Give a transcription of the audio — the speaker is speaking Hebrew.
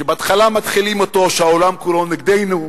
שבהתחלה מתחילים אותו שהעולם כולו נגדנו,